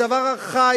זה דבר ארכאי,